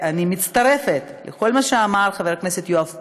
אני מצטרפת לכל מה שאמר חבר הכנסת יואב קיש,